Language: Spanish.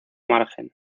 margen